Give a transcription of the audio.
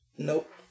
Nope